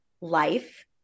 life